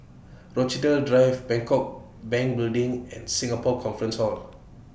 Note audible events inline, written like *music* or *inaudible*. *unintelligible* Drive Bangkok Bank Building and Singapore Conference Hall